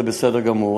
זה בסדר גמור.